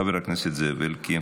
חבר הכנסת זאב אלקין,